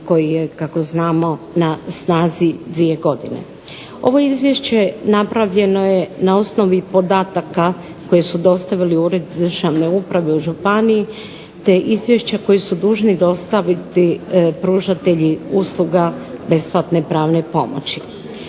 koji je na snazi 2 godine. Ovo Izvješće napravljeno je na osnovi podataka koji su dostavili Ured državne uprave u županiji te izvješća koje su dužni podnesti pružatelji usluga besplatne pravne pomoći.